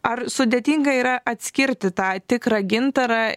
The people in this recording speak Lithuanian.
ar sudėtinga yra atskirti tą tikrą gintarą